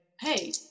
Hey